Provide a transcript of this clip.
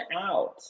out